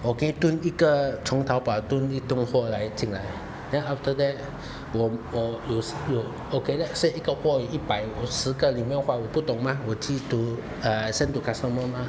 我可以吨一个从 Taobao 吨一个货来进来 then after that 我我有时有 okay let's say 一个货有一百我有十个里面坏我不懂吗我去 to uh send to customer mah